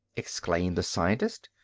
exclaimed the scientist.